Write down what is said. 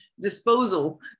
disposal